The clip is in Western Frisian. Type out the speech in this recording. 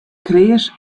kreas